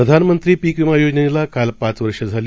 प्रधानमंत्री पिक विमा योजनेला काल पाच वर्ष झाली